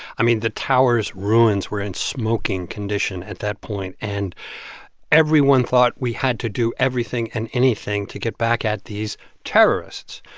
i mean, the towers' ruins were in smoking condition at that point. and everyone thought we had to do everything and anything to get back at these terrorists,